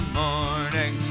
morning